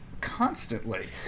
constantly